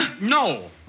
No